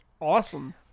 Awesome